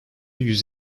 yüz